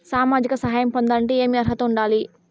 సామాజిక సహాయం పొందాలంటే ఏమి అర్హత ఉండాలి?